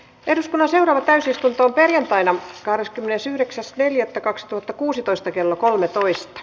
eduskunnan täysistunto perjantaina kahdeskymmenesyhdeksäs neljättä kaksituhattakuusitoista kello kolmetoista